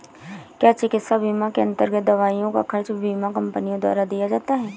क्या चिकित्सा बीमा के अन्तर्गत दवाइयों का खर्च बीमा कंपनियों द्वारा दिया जाता है?